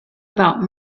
about